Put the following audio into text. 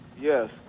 yes